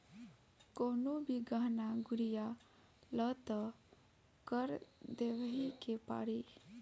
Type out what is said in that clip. कवनो भी गहना गुरिया लअ तअ कर देवही के पड़ी